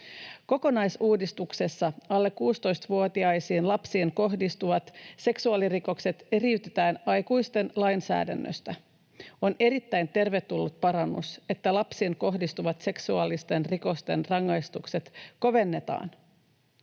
Kokonaisuudistuksessa alle 16‑vuotiaisiin lapsiin kohdistuvat seksuaalirikokset eriytetään aikuisten lainsäädännöstä. On erittäin tervetullut parannus, että lapsiin kohdistuvien seksuaalisten rikosten rangaistukset kovennetaan.